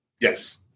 Yes